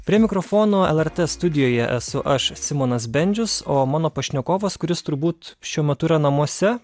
prie mikrofono lrt studijoje esu aš simonas bendžius o mano pašnekovas kuris turbūt šiuo metu yra namuose